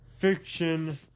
Fiction